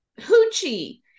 Hoochie